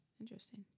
Interesting